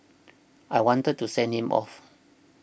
I wanted to send him off